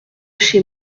chez